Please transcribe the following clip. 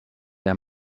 der